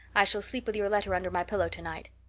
i shall sleep with your letter under my pillow tonight.